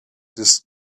just